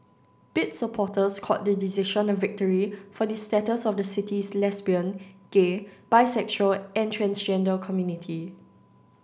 bid supporters called the decision a victory for the status of the city's lesbian gay bisexual and transgender community